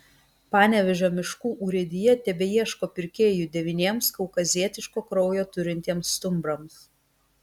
panevėžio miškų urėdija tebeieško pirkėjų devyniems kaukazietiško kraujo turintiems stumbrams